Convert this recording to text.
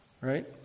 Right